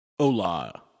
Hola